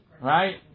right